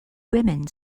women